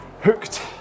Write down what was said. hooked